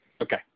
Okay